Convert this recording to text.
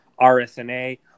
RSNA